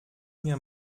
mir